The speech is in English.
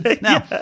Now